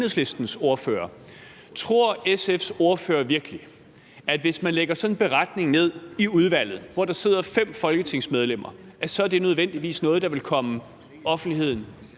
Enhedslistens ordfører. Tror SF's ordfører virkelig, at hvis man lægger sådan en beretning ned i udvalget, hvor der sidder 5 folketingsmedlemmer, så er det nødvendigvis noget, der vil komme til offentlighedens